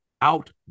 out